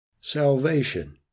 Salvation